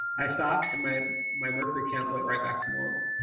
i stopped and my my mercury count went right back to normal.